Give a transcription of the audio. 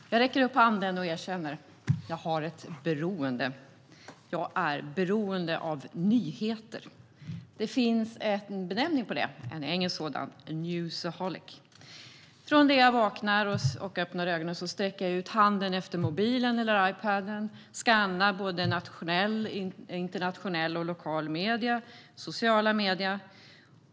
Herr talman! Jag räcker upp handen och erkänner att jag har ett beroende. Jag är beroende av nyheter. Det finns en benämning på det, en engelsk sådan, newsaholic. Direkt när jag vaknar och öppnar ögonen sträcker jag ut handen efter mobilen eller Ipaden och skannar internationella, lokala och sociala medier.